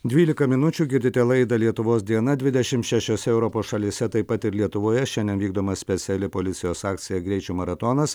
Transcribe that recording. dvylika minučių girdite laidą lietuvos diena dvidešim šešiose europos šalyse taip pat ir lietuvoje šiandien vykdoma speciali policijos akcija greičio maratonas